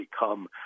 become